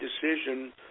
decision